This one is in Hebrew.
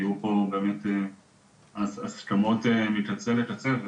היו פה באמת הסכמות מקצה לקצה,